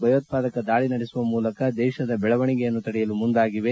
ಭಯೋತ್ವಾಕ ದಾಳಿ ನಡೆಸುವ ಮೂಲಕ ದೇಶದ ಬೆಳವಣಿಗೆಯನ್ನು ತಡೆಯಲು ಮುಂದಾಗಿವೆ